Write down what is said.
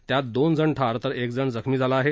त्यात दोन जण ठार तर एकजण जखमी झाला आहे